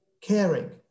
caring